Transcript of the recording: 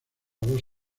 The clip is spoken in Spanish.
dos